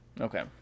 okay